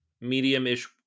medium-ish